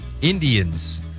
Indians